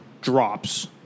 drops